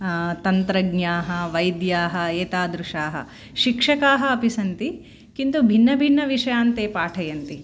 तन्त्रज्ञाः वैद्याः एतादृशाः शिक्षकाः अपि सन्ति किन्तु भिन्न भिन्न विषयान् ते पाठयन्ति